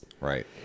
Right